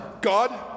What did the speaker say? God